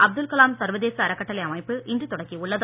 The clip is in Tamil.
அப்துல் கலாம் சர்வதேச அறக்கட்டளை அமைப்பு இன்று தொடக்கியுள்ளது